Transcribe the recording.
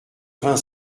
vingt